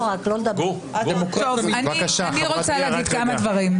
--- אני רוצה להגיד כמה דברים.